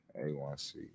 a1c